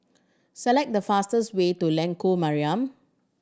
select the fastest way to Lengkok Mariam